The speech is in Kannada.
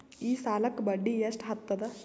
ಈ ಸಾಲಕ್ಕ ಬಡ್ಡಿ ಎಷ್ಟ ಹತ್ತದ?